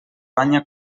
banya